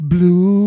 Blue